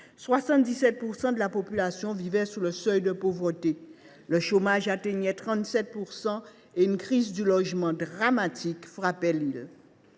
77 % de la population vivait sous le seuil de pauvreté, le taux de chômage atteignait 37 % et une crise du logement dramatique frappait l’île.